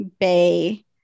Bay